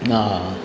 हँ